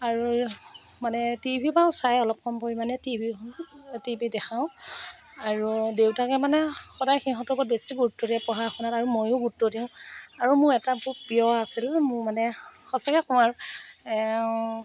আৰু মানে T V বাৰু চায় অলপ কম পৰিমাণে টি ভি দেখাওঁ আৰু দেউতাকে মানে সদায় সিহঁতৰ ওপৰত বেছি গুৰুত্ব দিয়ে পঢ়া শুনাত আৰু ময়ো গুৰুত্ব দিওঁ আৰু মোৰ এটা বহুত প্ৰিয় আছিল মোৰ মানে সঁচাকৈ কওঁ আৰু